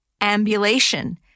Ambulation